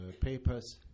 papers